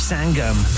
Sangam